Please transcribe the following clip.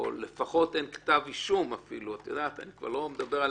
או לפחות אין כתב אישום אני כבר לא מדבר אפילו על